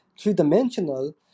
three-dimensional